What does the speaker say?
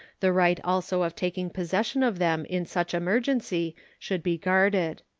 the right also of taking possession of them in such emergency should be guarded.